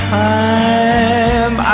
time